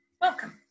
Welcome